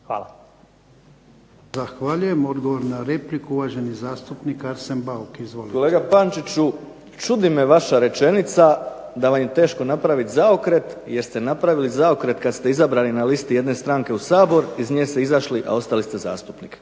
(HDZ)** Zahvaljujem. Odgovor na repliku, uvaženi zastupnik Arsen Bauk. Izvolite. **Bauk, Arsen (SDP)** Kolega Pančiću, čudi me vaša rečenica da vam je teško napraviti zaokret jer ste napravili zaokret kada ste izabrani na jednoj listi za Sabor, iz nje ste izašli a ostali ste zastupnik,